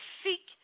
seek